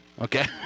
okay